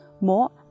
More